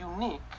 unique